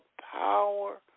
power